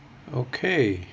okay